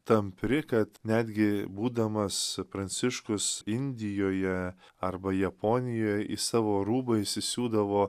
tampri kad netgi būdamas pranciškus indijoje arba japonijoj į savo rūbą įsisiūdavo